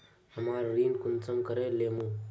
हमरा ऋण कुंसम करे लेमु?